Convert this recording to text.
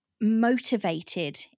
motivated